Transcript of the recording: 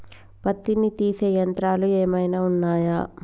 పత్తిని తీసే యంత్రాలు ఏమైనా ఉన్నయా?